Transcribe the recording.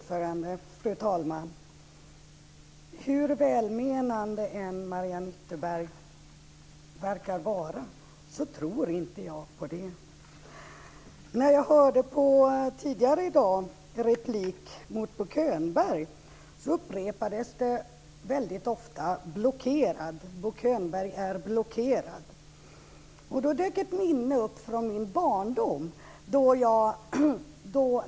Fru talman! Hur välmenande än Mariann Ytterberg verkar vara så tror inte jag på detta. Tidigare i dag i en replik mot Bo Könberg så hörde jag att ordet "blockerad" ofta upprepades. Bo Könberg är blockerad, sade man. Då dök ett minne upp från min barndom.